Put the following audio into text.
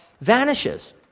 vanishes